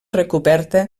recoberta